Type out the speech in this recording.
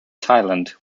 thailand